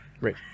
Right